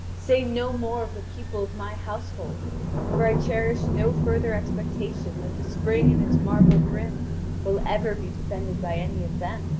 say no more of the people of my household for i cherish no further expectation that the spring and its marble brim will ever be defended by any of them.